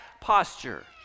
posture